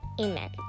amen